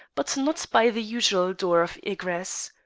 but not by the usual door of egress.